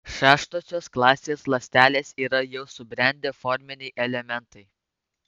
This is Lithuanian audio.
šeštosios klasės ląstelės yra jau subrendę forminiai elementai